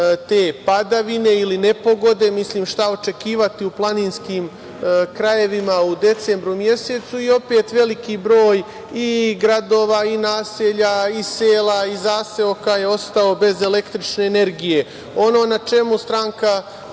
padavine ili nepogode. Šta očekivati u planinskim krajevima u decembru mesecu? I opet veliki broj i gradova i naselja i sela i zaseoka je ostao bez električne energije. Ono na čemu Stranka